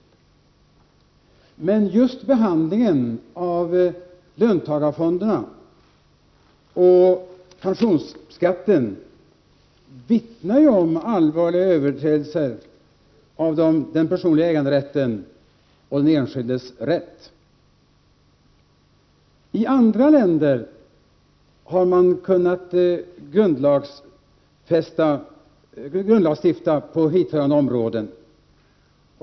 Men just behandlingen av löntagarfonderna och pensionsskatten vittnar ju om allvarliga överträdelser av den personliga äganderätten och den enskildes rätt. I andra länder har man kunnat grundlagsstifta på hithörande områden.